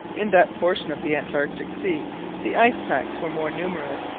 in that portion of the antarctic sea the ice-packs were more numerous,